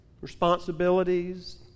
responsibilities